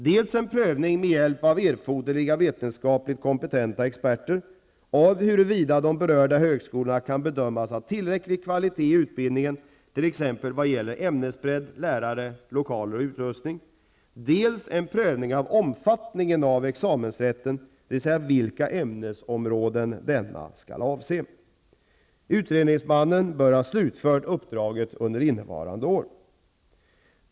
dels en prövning -- med hjälp av erfoderliga vetenskapligt kompetenta experter -- av huruvida de berörda högskolorna kan bedömas ha tillräcklig kvalitet i utbildningen, t.ex. vad gäller ämnesbredd, lärare, lokaler och utrustning, dels en prövning av omfattningen av examensrätten, dvs. vilka ämnesområden examinationsrätten skall avse. Utredningsmannen bör ha slutfört uppdraget under innevarande år.